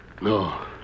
No